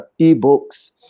eBooks